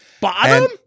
Bottom